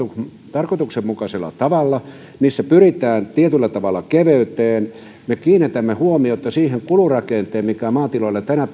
tarkoituksenmukaisella tavalla niissä pyritään tietyllä tavalla keveyteen ja me kiinnitämme huomiota siihen kulurakenteeseen mikä maatiloilla tänä